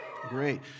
Great